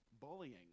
bullying